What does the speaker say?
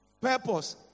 purpose